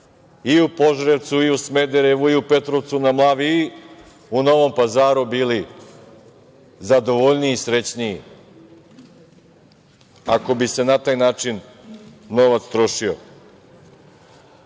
i u Požarevcu, i u Smederevu i u Petrovcu na Mlavi i u Novom Pazaru, bili zadovoljniji i srećniji ako bi se na taj način novac trošio.U